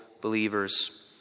believers